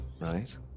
right